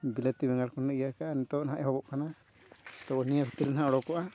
ᱵᱤᱞᱟᱹᱛᱤ ᱵᱮᱜᱟᱲ ᱠᱚᱞᱤᱧ ᱤᱭᱟᱹ ᱟᱠᱟᱫᱼᱟ ᱱᱤᱛᱳᱜ ᱱᱟᱦᱟᱸᱜ ᱮᱦᱚᱵᱚᱜ ᱠᱟᱱᱟ ᱛᱚ ᱱᱤᱭᱟᱹ ᱵᱷᱤᱛᱨᱤ ᱨᱮ ᱱᱟᱦᱟᱸᱜ ᱚᱰᱳᱠᱚᱜᱼᱟ